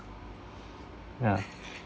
yeah